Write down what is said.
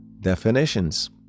definitions